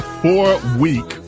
four-week